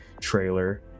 trailer